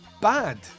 bad